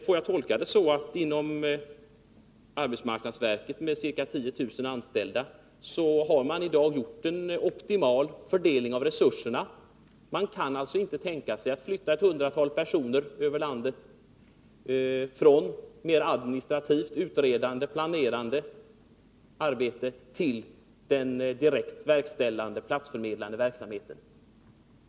Får jag tolka det så, att inom arbetsmarknadsverket, med ca 10 000 anställda, har man i dag gjort en optimal fördelning av resurserna — man kan alltså inte tänka sig att flytta ett hundratal personer över landet från mer administrativt, utredande, planerande arbete till den direkt verkställande, platsförmedlande verksamheten?